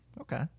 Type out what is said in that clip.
Okay